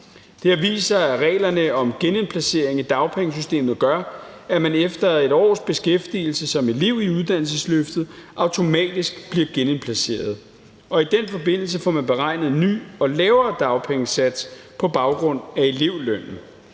Det har vist sig, at reglerne om genindplacering i dagpengesystemet gør, at man efter 1 års beskæftigelse som elev i uddannelsesløftet automatisk bliver genindplaceret, og i den forbindelse får man beregnet en ny og lavere dagpengesats på baggrund af elevlønnen.